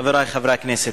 חברי חברי הכנסת,